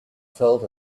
felt